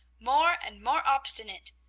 more and more obstinate,